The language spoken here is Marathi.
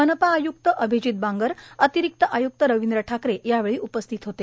मनपा आयुक्त अभिजीत बांगर अतिरिक्त आयुक्त रवींद्र ठाकरे यावेळी उपस्थित होते